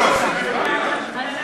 אנחנו נגד "דאעש".